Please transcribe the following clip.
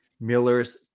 Miller's